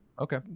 Okay